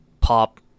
pop